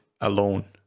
alone